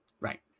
right